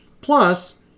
Plus